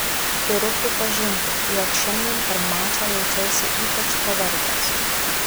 turiu pripažinti jog šiandien per mačą jaučiausi ypač pavargęs